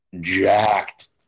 jacked